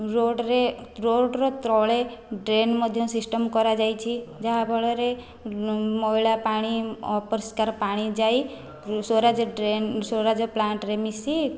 ରୋଡ଼ରେ ରୋଡ଼ର ତଳେ ଡ୍ରେନ୍ ମଧ୍ୟ ସିଷ୍ଟମ କରାଯାଇଛି ଯାହା ଫଳରେ ମଇଳା ପାଣି ଅପରିଷ୍କାର ପାଣି ଯାଇ ସ୍ୱେରେଜ ଡ୍ରେନ୍ ସ୍ୱେରେଜ ପ୍ଳାଣ୍ଟରେ ମିଶି